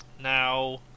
Now